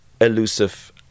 elusive